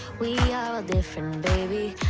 we are all different, baby